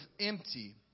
empty